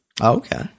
Okay